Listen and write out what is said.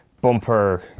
Bumper